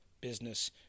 business